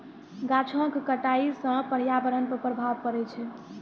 गाछो क कटाई सँ पर्यावरण पर प्रभाव पड़ै छै